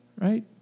right